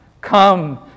come